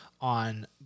on